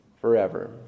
forever